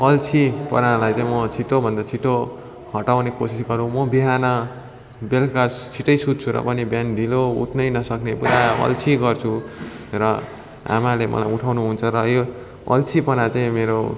अल्छिपनालाई चाहिँ म छिटोभन्दा छिटो हटाउन कोसिस गरुँ म बिहान बेलुका छिटै सुत्छु र पनि बिहान ढिलो उठ्नै नसक्ने पुरा अल्छी गर्छु र आमाले मलाई उठाउनुहुन्छ र यो अल्छीपना चाहिँ मेरो